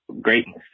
greatness